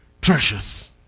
Treasures